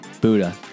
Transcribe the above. Buddha